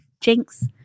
jinx